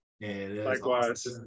Likewise